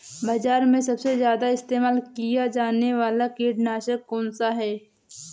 बाज़ार में सबसे ज़्यादा इस्तेमाल किया जाने वाला कीटनाशक कौनसा है?